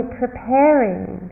preparing